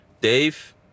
Dave